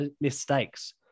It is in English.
mistakes